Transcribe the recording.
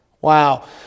Wow